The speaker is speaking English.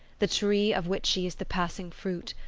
the tree of which she is the passing fruit?